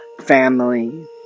family